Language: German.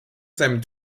seinem